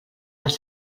als